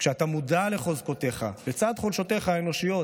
כשאתה מודע לחוזקותיך, לצד חולשותיך האנושיות,